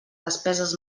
despeses